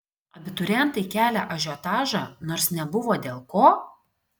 abiturientai kelią ažiotažą nors nebuvo dėl ko